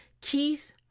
Keith